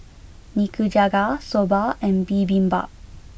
Nikujaga Soba and Bibimbap